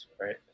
right